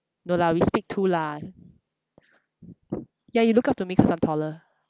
no lah we speak too lah yeah you look up to me cause I'm taller